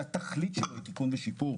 שהתכלית שלו היא תיקון ושיפור,